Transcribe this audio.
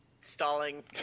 Stalling